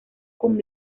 cum